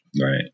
right